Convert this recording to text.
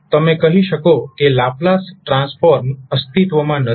તો તમે કહી શકો કે લાપ્લાસ ટ્રાન્સફોર્મ અસ્તિત્વમાં નથી